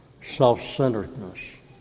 self-centeredness